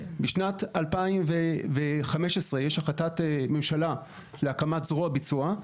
בשנת 2015, יש החלטת ממשלה להקמת זרוע ביצוע.